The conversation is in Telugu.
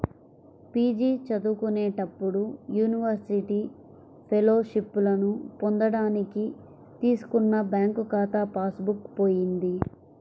పీ.జీ చదువుకునేటప్పుడు యూనివర్సిటీ ఫెలోషిప్పులను పొందడానికి తీసుకున్న బ్యాంకు ఖాతా పాస్ బుక్ పోయింది